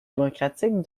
démocratique